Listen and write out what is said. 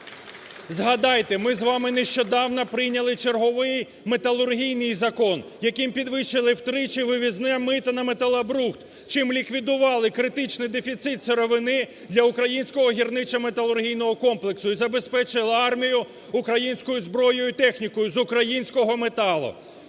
Згадайте, ми з вами нещодавно прийняли черговий металургійний закон, яким підвищили втричі вивізне мито на металобрухт, чим ліквідували критичний дефіцит сировини для українського гірничо-металургійного комплексу і забезпечила армію українською зброєю і технікою з українського металу.